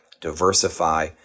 diversify